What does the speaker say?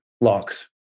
locks